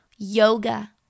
Yoga